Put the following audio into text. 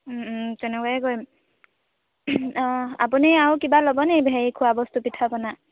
তেনেকুৱাই কৰিম অঁ আপুনি আৰু কিবা ল'বনে হেৰি খোৱা বস্তু পিঠা পনা